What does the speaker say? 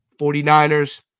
49ers